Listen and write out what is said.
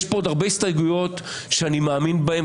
יש פה עוד הרבה הסתייגויות שאני מאמין בהן,